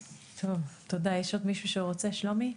יש עוד מישהו שרוצה לדבר, שלומי?